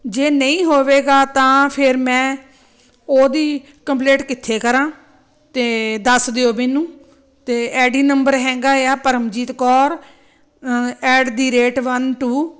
ਜੇ ਨਹੀਂ ਹੋਵੇਗਾ ਤਾਂ ਫਿਰ ਮੈਂ ਉਹਦੀ ਕੰਪਲੇਂਟ ਕਿੱਥੇ ਕਰਾਂ ਅਤੇ ਦੱਸ ਦਿਓ ਮੈਨੂੰ ਅਤੇ ਐ ਡੀ ਨੰਬਰ ਹੈਗਾ ਆ Paramjit Kaur at the rate one to